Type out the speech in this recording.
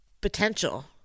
potential